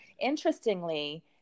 interestingly